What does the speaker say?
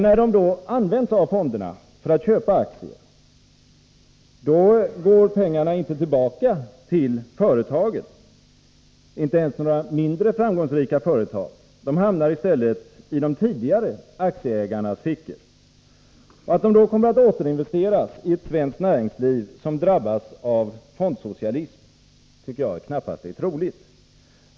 När pengarna används av fonderna för att köpa aktier, går de inte tillbaka till företagen — inte ens till några mindre framgångsrika företag. De hamnar i stället i de tidigare aktieägarnas fickor. Att de då kommer att återinvesteras i ett svenskt näringsliv som drabbats av fondsocialism är knappast troligt.